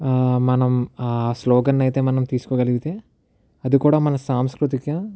మనం ఆ స్లోగన్ను అయితే మనం తీసుకోగలిగితే అది కూడా మన సాంస్కృతిక